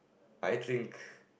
I think